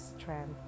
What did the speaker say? strength